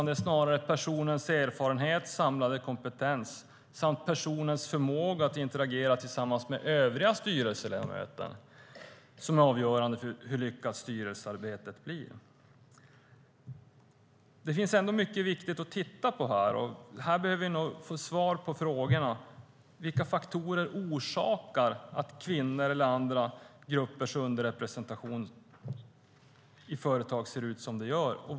Det är snarare personens erfarenhet, samlade kompetens samt personens förmåga att interagera tillsammans med övriga styrelseledamöter som är avgörande för hur lyckat styrelsearbetet blir. Det finns mycket viktigt att titta på här. Vi behöver nog få svar på några frågor. Vilka faktorer orsakar att kvinnors eller andra gruppers underrepresentation i företag ser ut som den gör?